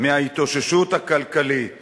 מההתאוששות הכלכלית